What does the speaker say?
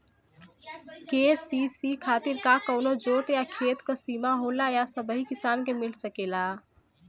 KCC खातिर का कवनो जोत या खेत क सिमा होला या सबही किसान के मिल सकेला?